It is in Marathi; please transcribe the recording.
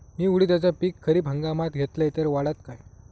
मी उडीदाचा पीक खरीप हंगामात घेतलय तर वाढात काय?